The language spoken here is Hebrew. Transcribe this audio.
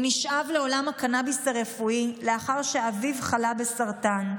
הוא נשאב לעולם הקנביס הרפואי לאחר שאביו חלה בסרטן.